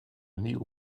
nieuw